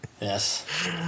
yes